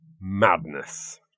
Madness